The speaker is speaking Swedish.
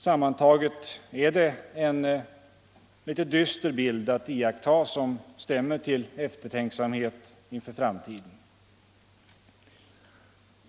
Sammantaget är det en dyster bild, som stämmer till eftertanke inför framtiden.